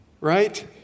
Right